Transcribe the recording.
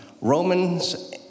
Romans